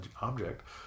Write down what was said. object